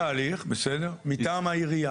בתהליך, בסדר, מטעם העירייה.